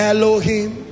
Elohim